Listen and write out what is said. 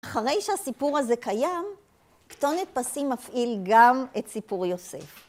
אחרי שהסיפור הזה קיים, כתונת פסים מפעיל גם את סיפור יוסף.